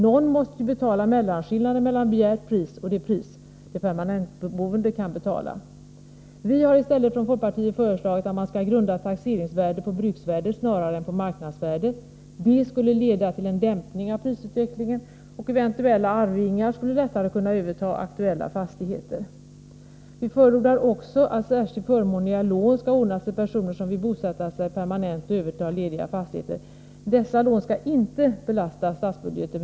Någon måste betala mellanskillnaden mellan begärt pris och det pris de permanentboende kan betala. Folkpartiet har i stället föreslagit att man skall grunda taxeringsvärdet på bruksvärdet snarare än på marknadsvärdet. Det skulle leda till en dämpning av prisutvecklingen, och eventuella arvingar skulle lättare kunna överta aktuella fastigheter. Vi förordar också att särskilt förmånliga lån skall ordnas till personer som vill bosätta sig permanent och överta lediga fastigheter. Dessa lån skall inte belasta statsbudgeten.